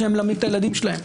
שהם מלמדים את הילדים שלהם,